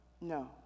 No